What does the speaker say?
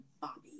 Bobby